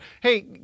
hey